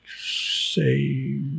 say